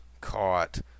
caught